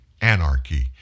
anarchy